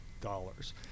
dollars